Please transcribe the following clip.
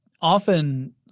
often